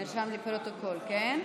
אוקיי,